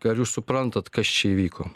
ar jūs suprantat kas čia įvyko